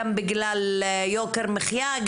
גם בגלל יוקר מחייה,